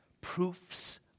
proofs